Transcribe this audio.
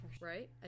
right